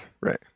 Right